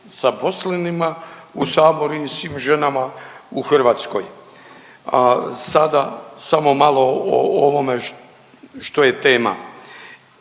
zaposlenima u saboru i svim ženama u Hrvatskoj, a sada samo malo o ovome što je tema.